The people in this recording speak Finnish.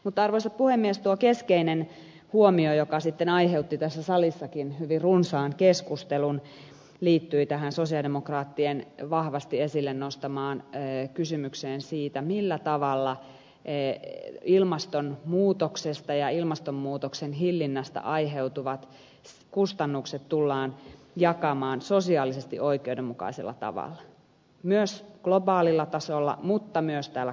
mutta arvoisa puhemies tuo keskeinen huomio joka sitten aiheutti tässä salissakin hyvin runsaan keskustelun liittyi tähän sosialidemokraattien vahvasti esille nostamaan kysymykseen siitä millä tavalla ilmastonmuutoksesta ja ilmastonmuutoksen hillinnästä aiheutuvat kustannukset tullaan jakamaan sosiaalisesti oikeudenmukaisella tavalla myös globaalilla tasolla mutta myös täällä kotimaassa